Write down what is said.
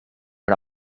een